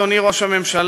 אדוני ראש הממשלה,